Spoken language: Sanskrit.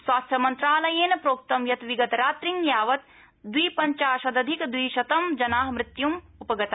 स्वास्थ्यमन्त्रालयेन प्रोक्तं यत् विगतरात्री यावत् द्विपंचाशदधिकद्विशतम् जना मृत्युम् उपगता